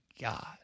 God